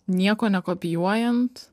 nieko nekopijuojant